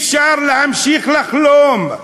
אפשר להמשיך לחלום.